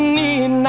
need